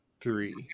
three